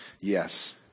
yes